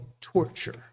torture